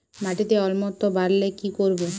মাটিতে অম্লত্ব বাড়লে কি করব?